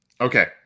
Okay